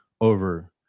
over